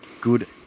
good